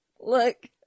Look